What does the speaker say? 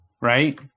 right